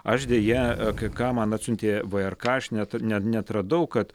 aš deja kai ką man atsiuntė vrk aš neat neatradau kad